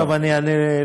טוב, אני אענה על שאלות.